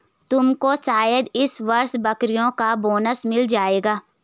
तुमको शायद इस वर्ष बैंकरों का बोनस मिल जाए